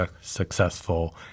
successful